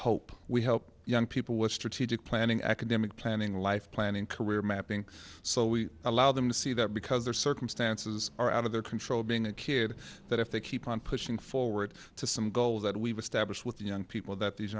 hope we help young people with strategic planning academic planning life planning career mapping so we allow them to see that because their circumstances are out of their control being a kid that if they keep on pushing forward to some goals that we've established with the young people that these